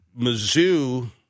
Mizzou